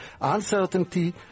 uncertainty